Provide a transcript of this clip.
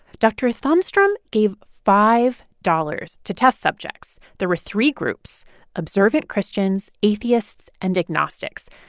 dr. thunstrom gave five dollars to test subjects. there were three groups observant christians, atheists and agnostics.